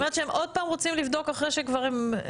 זאת אומרת שהם עוד פעם רוצם לבדוק אחרי שהם כבר בדקו?